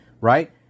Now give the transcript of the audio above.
Right